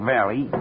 Valley